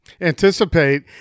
anticipate